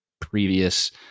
previous